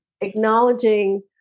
acknowledging